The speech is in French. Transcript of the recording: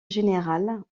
générale